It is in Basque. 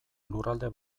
lurralde